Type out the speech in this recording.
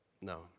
No